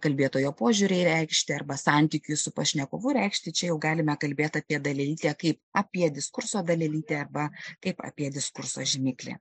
kalbėtojo požiūriui reikšti arba santykiui su pašnekovu reikšti čia jau galime kalbėti apie dalelytę kaip apie diskurso dalelytę arba kaip apie diskurso žymiklį